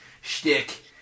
shtick